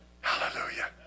Hallelujah